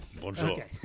Bonjour